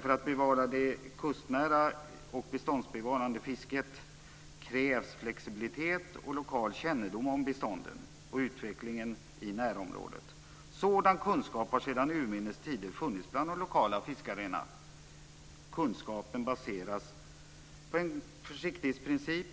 För att bevara det kustnära och beståndsbevarande fisket krävs flexibilitet och lokal kännedom om bestånden och utvecklingen i närområdet. Sådan kunskap har sedan urminnes tider funnits bland de lokala fiskarna. Kunskapen baseras på en försiktighetsprincip